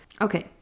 Okay